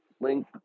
link